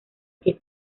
que